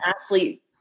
athlete